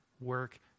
work